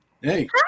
Hey